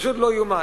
פשוט לא יאומן.